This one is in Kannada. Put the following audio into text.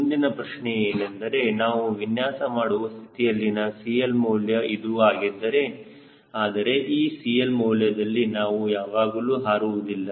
ಮುಂದಿನ ಪ್ರಶ್ನೆ ಏನೆಂದರೆ ನಾವು ವಿನ್ಯಾಸ ಮಾಡುವ ಸ್ಥಿತಿಯಲ್ಲಿನ CL ಮೌಲ್ಯ ಇದು ಹಾಗಿದ್ದರೆ ಆದರೆ ಈ CL ಮೌಲ್ಯದಲ್ಲಿ ನಾವು ಯಾವಾಗಲೂ ಹಾರುವುದಿಲ್ಲ